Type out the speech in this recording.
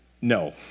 no